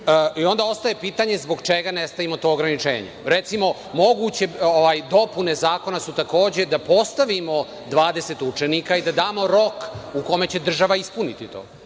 ostaje pitanje – zbog čega ne stavimo to ograničenje? Recimo, moguće dopune zakona su takođe da postavimo 20 učenika i da damo rok u kome će država ispuniti to,